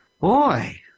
boy